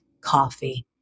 coffee